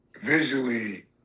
visually